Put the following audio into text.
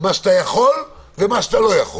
מה שאתה יכול ומה שאתה לא יכול